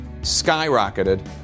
skyrocketed